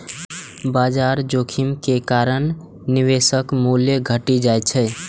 बाजार जोखिम के कारण निवेशक मूल्य घटि जाइ छै